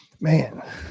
Man